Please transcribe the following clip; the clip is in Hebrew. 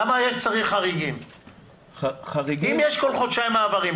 למה צריך חריגים אם יש כל חודשיים מעברים?